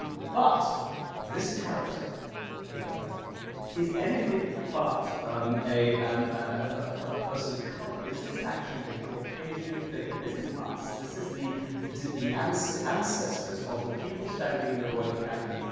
but this character here is anything but um a um a person of colour this is actually a caucasian figure, this is us, this is the the um so ancestors of the people in the royal academy,